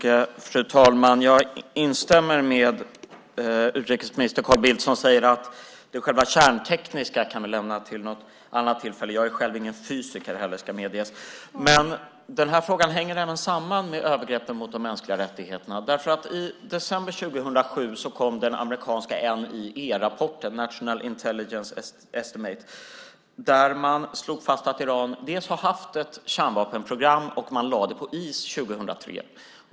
Fru talman! Jag instämmer med utrikesminister Carl Bildt som säger att vi kan lämna det kärntekniska till något annat tillfälle. Det ska medges att jag själv inte är någon fysiker. Men den här frågan hänger ändå samman med övergreppen mot de mänskliga rättigheterna. I december 2007 kom den amerikanska NIE-rapporten, National Intelligence Estimate, där man slog fast att Iran har haft ett kärnvapenprogram och lade det på is 2003.